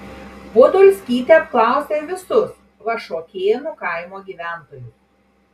podolskytė apklausė visus vašuokėnų kaimo gyventojus